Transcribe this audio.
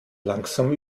langsam